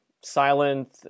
silent